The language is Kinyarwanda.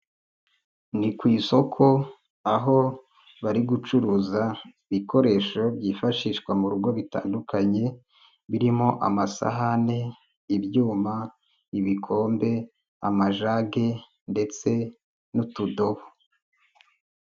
Ni ku isoko aho bari gucuruza ibikoresho byifashishwa mu rugo bitandukanye, birimo amasahane, ibyuma, ibikombe, amajage ndetse n'utudobo.